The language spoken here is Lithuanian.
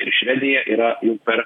ir švedija yra jau per